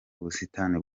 ubusitani